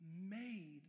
made